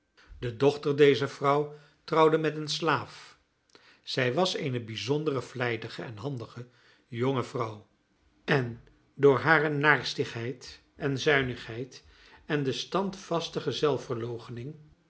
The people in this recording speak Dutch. de dochter dezer vrouw trouwde met een slaaf zij was eene bijzondere vlijtige en handige jonge vrouw en door hare naarstigheid en zuinigheid en de standvastige zelfverloochening